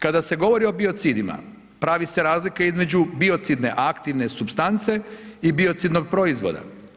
Kada se govori o biocidima, pravi se razlika između biocidne aktivne supstance i biocidnog proizvoda.